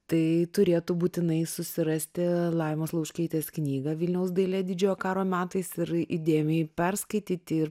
tai turėtų būtinai susirasti laimos laučkaitės knygą vilniaus dailė didžiojo karo metais ir įdėmiai perskaityti ir